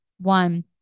One